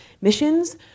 missions